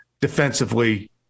defensively